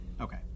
Okay